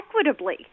equitably